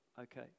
okay